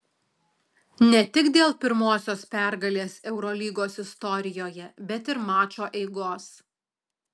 ne tik dėl pirmosios pergalės eurolygos istorijoje bet ir mačo eigos